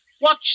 Watch